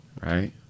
Right